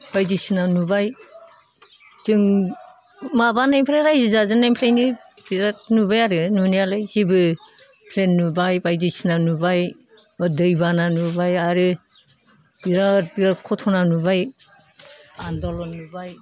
बायदिसिना नुबाय जों माबानिफ्राय रायजो जाजेननायनिफ्राय बिरात नुबाय आरो नुनायालाय जेबो नुबाय बायदिसिना नुबाय दैबाना नुबाय आरो बिरात बिरात घतना नुबाय आन्दलन नुबाय